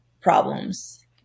problems